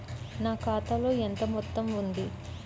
నా ఖాతాలో ఎంత మొత్తం ఉంది?